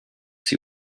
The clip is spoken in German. sie